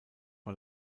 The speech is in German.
war